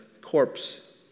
corpse